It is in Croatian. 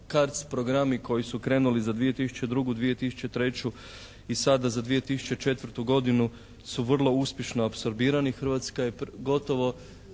CARDS programi koji su krenuli za 2002., 2003. i sada za 2004. godinu su vrlo uspješno apsorbirani. Hrvatska je gotovo